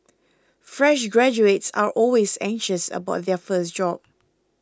fresh graduates are always anxious about their first job